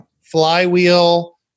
Flywheel